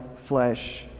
flesh